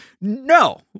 no